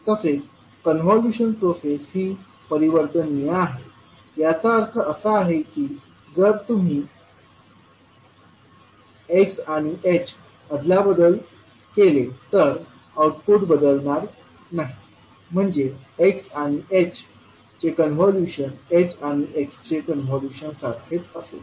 तसेच convolution process ही परिवर्तनीय आहे याचा अर्थ असा की जर तुम्ही x आणि h अदलाबदल केले तर आउटपुट बदलणार नाही म्हणजे x आणि h चे कन्व्होल्यूशन h आणि x चे कन्व्होल्यूशन सारखेच असेल